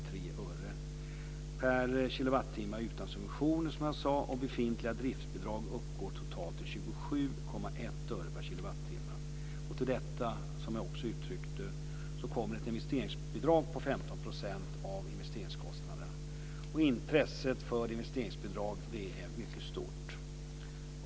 Befintliga driftsbidrag uppgår totalt till 27,1 öre per kilowattimme. Till detta kommer ett investeringsbidrag på 15 % av investeringskostnaderna. Intresset för investeringsbidraget är mycket stort.